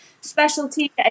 specialty